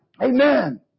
Amen